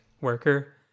worker